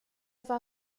war